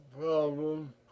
problem